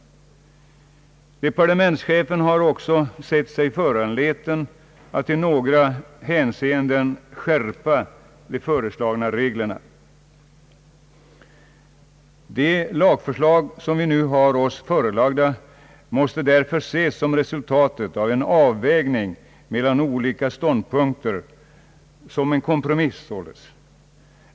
Departementschefen har också sett sig föranlåten att i några hänseenden skärpa de föreslagna reglerna. De lagförslag som vi nu har oss förelagda måste därför ses som resultatet av en avvägning mellan olika ståndpunkter, som en kompromiss.